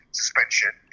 suspension